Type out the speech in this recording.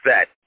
set